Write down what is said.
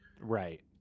Right